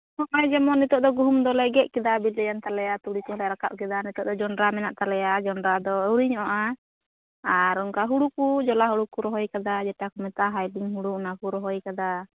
ᱦᱚᱜᱼᱚᱸᱭ ᱡᱮᱢᱚᱱ ᱱᱤᱛᱚᱜ ᱫᱚ ᱜᱩᱦᱩᱢ ᱫᱚᱞᱮ ᱜᱮᱫ ᱠᱮᱫᱟ ᱵᱤᱞᱤᱭᱮᱱ ᱛᱟᱞᱮᱭᱟ ᱛᱩᱲᱤ ᱠᱚ ᱨᱟᱠᱟᱵ ᱠᱮᱫᱟ ᱱᱤᱛᱚᱜ ᱫᱚ ᱡᱚᱱᱰᱨᱟ ᱢᱮᱱᱟᱜ ᱛᱟᱞᱮᱭᱟ ᱡᱚᱱᱰᱨᱟ ᱫᱚ ᱟᱹᱣᱨᱤ ᱧᱚᱜᱼᱟ ᱟᱨ ᱚᱱᱠᱟ ᱦᱳᱲᱳ ᱠᱩᱡ ᱡᱚᱞᱟ ᱦᱳᱲᱳ ᱠᱚ ᱨᱚᱦᱚᱭ ᱟᱠᱟᱫᱟ ᱡᱮᱴᱟ ᱠᱚ ᱢᱮᱛᱟᱜ ᱦᱟᱭᱵᱤᱝ ᱦᱳᱲᱳ ᱚᱱᱟ ᱠᱚ ᱨᱚᱦᱚᱭ ᱟᱠᱟᱫᱟ